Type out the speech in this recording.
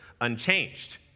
unchanged